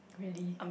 really